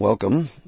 Welcome